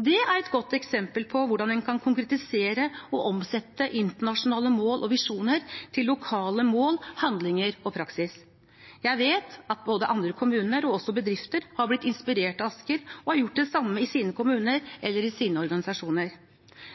Det er et godt eksempel på hvordan en kan konkretisere og omsette internasjonale mål og visjoner til lokale mål, handlinger og praksis. Jeg vet at både andre kommuner og også bedrifter har blitt inspirert av Asker og har gjort det samme i sine kommuner eller i sine organisasjoner.